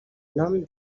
nom